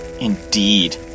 Indeed